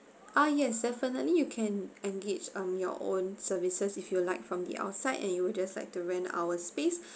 uh yes definitely you can engage on your own services if you like from the outside and you will just like to rent our space